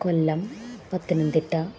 Kollam Pathanamthitta